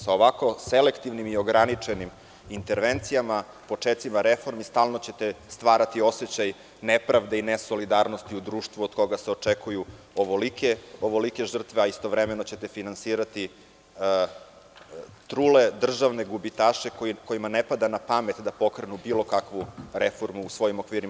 Sa ovako selektivnim i ograničenim intervencijama, počecima reformi stalno ćete stvarati osećaj nepravde i nesolidarnosti u društvu od koga se očekuju ovolike žrtve, a istovremeno ćete finansirati trule državne gubitaše kojima ne pada na pamet da pokrenu bilo kakvu reformu u svojim okvirima.